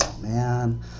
man